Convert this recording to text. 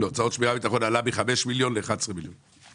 הוצאות שמירה וביטחון עלה מ-5 מיליון ל-11 מיליון.